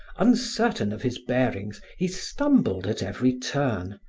uncertain of his bearings, he stumbled at every turn,